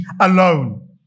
alone